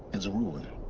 as a ruin